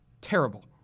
terrible